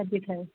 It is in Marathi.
हां ठीक आहे